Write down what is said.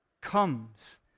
comes